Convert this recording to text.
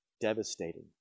devastating